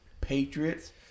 Patriots